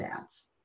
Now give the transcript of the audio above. ads